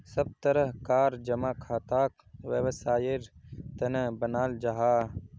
सब तरह कार जमा खाताक वैवसायेर तने बनाल जाहा